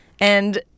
and-